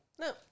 No